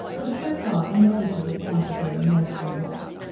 was, so far, a neglible quantity in the nursery world.